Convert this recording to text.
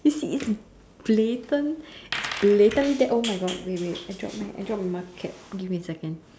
you it's blatant blatant that !oh-my-God! wait wait I drop my I drop my marker cap give me a second